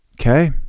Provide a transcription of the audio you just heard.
Okay